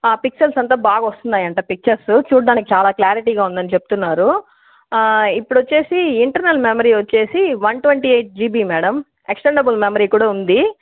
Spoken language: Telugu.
పిక్సల్స్ అంతా బాగా వస్తున్నాయంట పిక్చర్స్ చూడటానికి చాలా క్లారిటీగా ఉందని చెప్తున్నారు ఇప్పుడు వచ్చేసి ఇంటర్నల్ మెమరీ వచ్చేసి one twenty eight GB madam extendable memory కూడా ఉంది